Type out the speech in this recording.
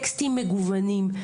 טקסטים מגוונים,